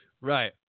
Right